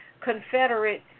Confederate